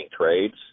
trades